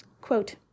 Quote